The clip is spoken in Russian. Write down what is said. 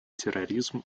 терроризм